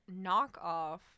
knockoff